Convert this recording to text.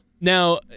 now